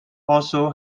also